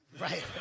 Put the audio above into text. Right